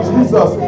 Jesus